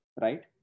Right